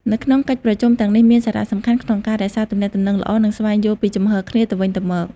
នៅក្នុងកិច្ចប្រជុំទាំងនេះមានសារៈសំខាន់ក្នុងការរក្សាទំនាក់ទំនងល្អ និងស្វែងយល់ពីជំហរគ្នាទៅវិញទៅមក។